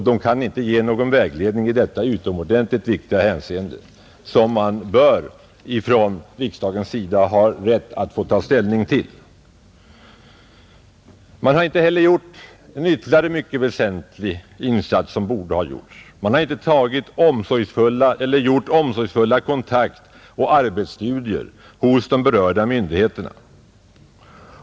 De kan inte ge någon vägledning i denna utomordentligt viktiga sak, en vägledning som riksdagen bör ha rätt att få. Det finns ytterligare en, mycket väsentlig insats som borde ha gjorts men som inte gjorts: man har inte gjort några omsorgsfulla kontaktoch arbetsstudier hos de berörda myndigheterna.